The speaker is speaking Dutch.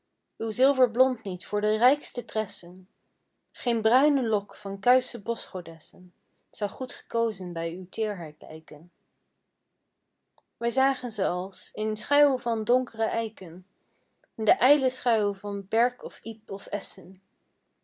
uw zilverblond niet voor de rijkste tressen geen bruine lok van kuische boschgodessen zou goed gekozen bij uw teerheid lijken wij zagen ze als in schaûw van donkere eiken in de ijle schaûw van berk of iep of esschen